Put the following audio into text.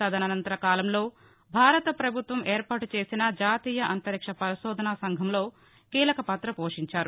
తదనంతర కాలంలో భారత ప్రభుత్వం ఏర్పాటు చేసిన జాతీయ అంతరిక్ష పరిశోధన సంఘంలో కీలక పాత్ర పోషించారు